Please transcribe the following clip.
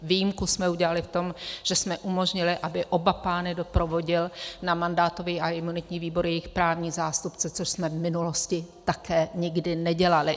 Výjimku jsme udělali v tom, že jsme umožnili, aby oba pány doprovodil na mandátový a imunitní výbor jejich právní zástupce, což jsme v minulosti také nikdy nedělali.